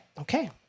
Okay